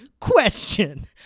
Question